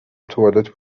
توالت